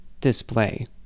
display